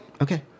Okay